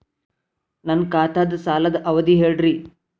ನನ್ನ ಖಾತಾದ್ದ ಸಾಲದ್ ಅವಧಿ ಹೇಳ್ರಿ